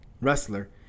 wrestler